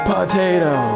Potato